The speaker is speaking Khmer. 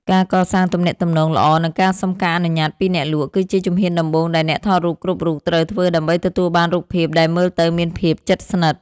ការកសាងទំនាក់ទំនងល្អ និងការសុំការអនុញ្ញាតពីអ្នកលក់ គឺជាជំហានដំបូងដែលអ្នកថតរូបគ្រប់រូបត្រូវធ្វើដើម្បីទទួលបានរូបភាពដែលមើលទៅមានភាពជិតស្និទ្ធ។